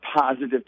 positive